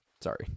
Sorry